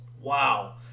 Wow